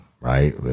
right